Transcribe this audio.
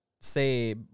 say